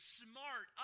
smart